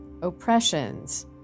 oppressions